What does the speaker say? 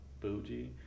bougie